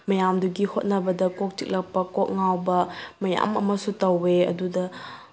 ꯃꯌꯥꯝꯗꯨꯒꯤ ꯍꯣꯠꯅꯕꯗ ꯀꯣꯛ ꯆꯤꯛꯂꯛꯄ ꯀꯣꯛ ꯉꯥꯎꯕ ꯃꯌꯥꯝ ꯑꯃꯁꯨ ꯇꯧꯏ ꯑꯗꯨꯗ